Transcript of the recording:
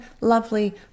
lovely